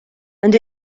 and